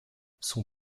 son